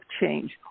change